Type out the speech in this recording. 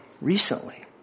recently